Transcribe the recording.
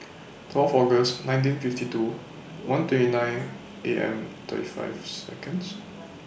twelve August nineteen fifty two one twenty nine A M thirty five Seconds